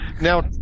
Now